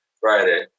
Friday